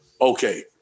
okay